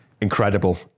incredible